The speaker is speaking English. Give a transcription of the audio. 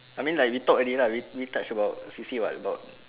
I mean like we talk already lah we touch about C_C_A [what] about